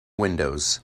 windows